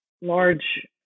large